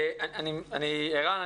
ערן,